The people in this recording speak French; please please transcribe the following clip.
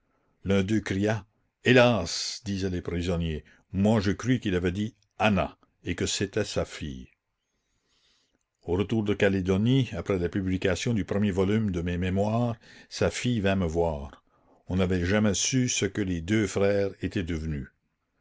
l'un d'eux cria hélas disaient les prisonniers moi je crus qu'il avait dit anna et que c'était sa fille au retour de calédonie après la publication du premier volume de mes mémoires sa fille vint me voir on n'avait jamais su ce que les deux frères étaient devenus